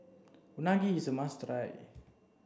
Unagi is a must try